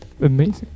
Amazing